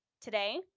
Today